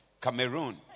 Cameroon